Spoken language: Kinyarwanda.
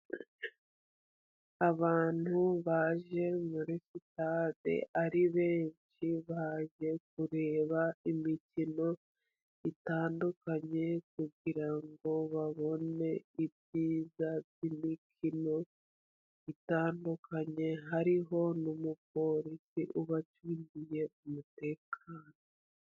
Abantu baje muri sitade ari benshi, baje kureba imikino itandukanye, kugira ngo babone ibyiza by'imikino itandukanye, hariho n'umuporisi ubacugiye umutekano.